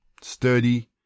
sturdy